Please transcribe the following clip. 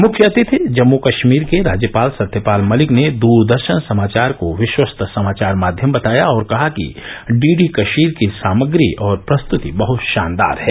मुख्य अतिथि जम्मू कश्मीर के राज्यपाल सत्यपाल मलिक ने दूरदर्शन समाचार को विश्वस्त समाचार माध्यम बताया और कहा कि डीडी कशीर की सामग्री और प्रस्तृति बहत शानदार है